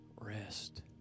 rest